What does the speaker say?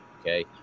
okay